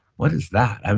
what is that?